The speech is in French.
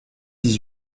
dix